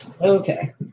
Okay